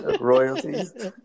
Royalties